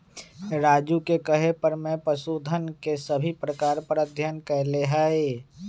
राजू के कहे पर मैं पशुधन के सभी प्रकार पर अध्ययन कैलय हई